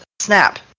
SNAP